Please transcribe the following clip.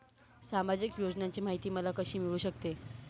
सामाजिक योजनांची माहिती मला कशी मिळू शकते?